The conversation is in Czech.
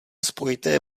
spojité